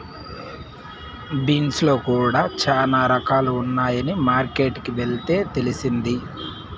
beans లో కూడా చానా రకాలు ఉన్నాయని మార్కెట్ కి వెళ్తే తెలిసింది